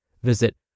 Visit